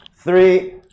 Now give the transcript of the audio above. three